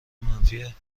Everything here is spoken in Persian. منفی